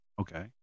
Okay